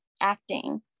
acting